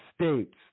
states